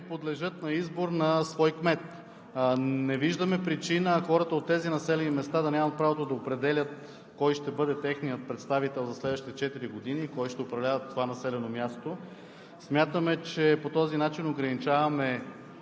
подлежат на избор на свой кмет. Не виждаме причина хората от тези населени места да нямат право да определят кой ще бъде техният представител за следващите четири години и кой ще управлява това населено място. Смятаме, че по този начин ограничаваме